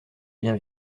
bien